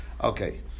Okay